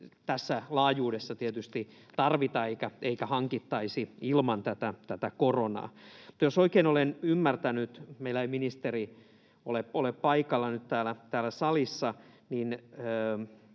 tässä laajuudessa tietysti tarvittaisi eikä hankittaisi ilman tätä koronaa. Jos oikein olen ymmärtänyt — meillä ei ministeri ole paikalla nyt täällä salissa — niin